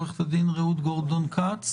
עורכת הדין רעות גורדון כץ